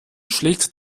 schlägt